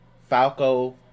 Falco